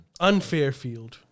Unfairfield